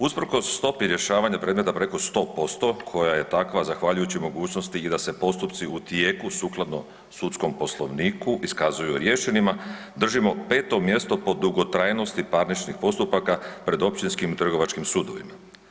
Usprkos stopi rješavanja predmeta preko 100% koja je takva zahvaljujući mogućnosti i da se postupci u tijeku sukladno sudskom poslovniku iskazuju riješenima držimo 5 mjesto po dugotrajnosti parničnih postupaka pred općinskim i trgovačkim sudovima.